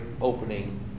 opening